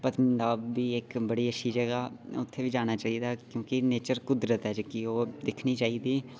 पतनिटॉप बी इक बड़ी अच्छी जगह् ऐ उत्थैं बी जाना चाहिदा नेचर कुदरत ऐ जेह्की ओह् दिक्खना चाहिदी